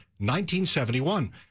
1971